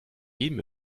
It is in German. jedem